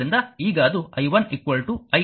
ಆದ್ದರಿಂದ ಈಗ ಅದು i 1 iಆಗಿದೆ